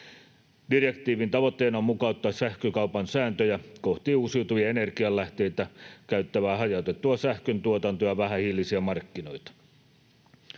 Direktiivin tavoitteena on mukauttaa sähkökaupan sääntöjä kohti uusiutuvia energialähteitä käyttävää hajautettua sähköntuotantoa ja vähähiilisiä markkinoita.